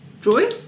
joy